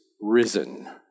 risen